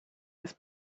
his